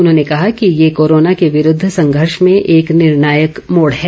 उन्होंने कहा कि ये कोरोना के विरूद्ध संघर्ष में एक निर्णायक मोड़ है